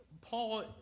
Paul